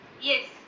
Yes